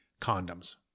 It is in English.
condoms